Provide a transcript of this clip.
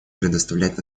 предоставлять